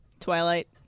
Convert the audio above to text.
Twilight